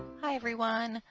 hi everyone!